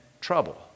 trouble